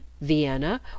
Vienna